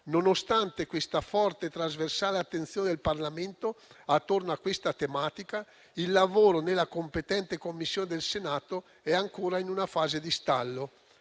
Nonostante la forte e trasversale attenzione del Parlamento attorno a questa tematica, il lavoro della competente Commissione del Senato è ancora in una fase di stallo.